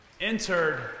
entered